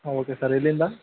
ಹಾಂ okay sir ಎಲ್ಲಿಂದ